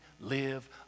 live